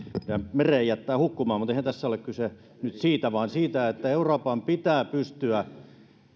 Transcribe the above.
mereen jätetä hukkumaan mutta eihän tässä ole kyse nyt siitä vaan siitä että euroopan pitää pystyä